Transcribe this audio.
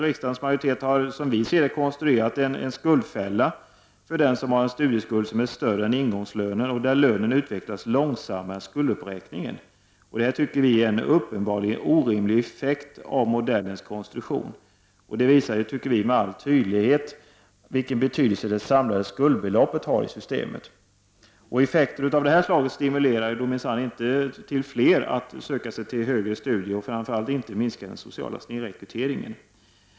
Riksdagens majoritet har, som vi ser det, konstruerat en skuldfälla för den som har en studieskuld som är större än ingångslönen och där lönen utvecklas långsammare än skulduppräkningen. Det tycker vi är en uppenbart orimlig effekt av modellens konstruktion. Det visar med all tydlighet vilken betydelse det samlade skuldbeloppet har i systemet. Effekter av det här slaget stimulerar minsann inte fler att söka till högre studier och det minskar framför allt inte den sociala snedrekryteringen.